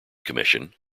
commission